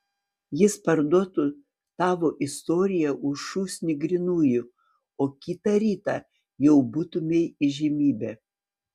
jis parduotų tavo istoriją už šūsnį grynųjų o kitą rytą jau būtumei įžymybė